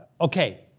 Okay